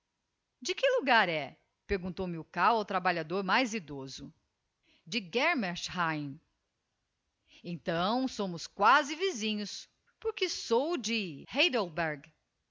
de que logar é perguntou milkau ao trabalhador mais edoso de germersheim então somos quasi vizinhos porque sou de heidelberg o